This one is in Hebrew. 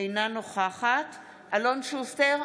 אינה נוכחת אלון שוסטר,